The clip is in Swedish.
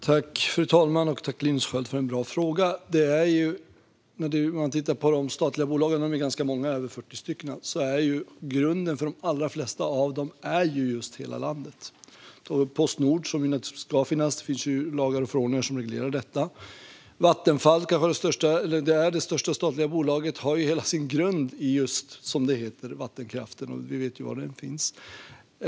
Fru talman! Tack, Linus Sköld, för en bra fråga! De statliga bolagen är ganska många, över 40 stycken. Grunden för de allra flesta av dem är just hela landet. Postnord ska naturligtvis finnas där; det finns lagar och förordningar som reglerar detta. Vattenfall, det största statliga bolaget, har hela sin grund i just vattenkraften. Och vi vet ju var den finns.